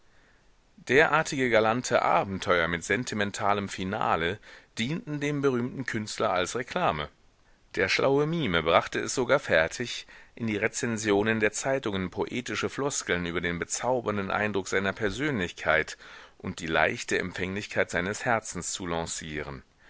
derartige galante abenteuer mit sentimentalem finale dienten dem berühmten künstler als reklame der schlaue mime brachte es sogar fertig in die rezensionen der zeitungen poetische floskeln über den bezaubernden eindruck seiner persönlichkeit und die leichte empfänglichkeit seines herzens zu lancieren